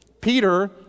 Peter